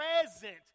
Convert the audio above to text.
present